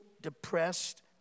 depressed